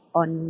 on